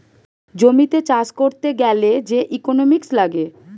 জমিতে চাষ করতে গ্যালে যে ইকোনোমিক্স লাগে